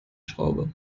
schraube